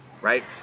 Right